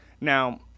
Now